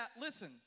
listen